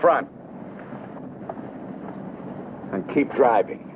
front and keep driving